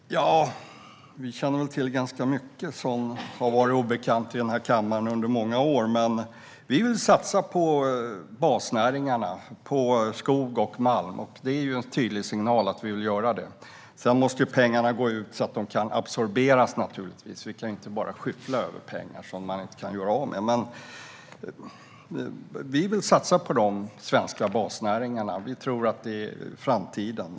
Fru talman! Vi känner väl till ganska mycket som har varit obekant i den här kammaren under många år. Vi vill satsa på basnäringarna, på skog och malm. Det är en tydlig signal om det. Sedan måste pengarna naturligtvis gå ut på ett sådant sätt att de kan absorberas. Vi kan inte bara skyffla ut pengar som man inte kan göra av med. Men vi vill satsa på de svenska basnäringarna. Vi tror att det är framtiden.